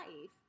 life